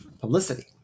publicity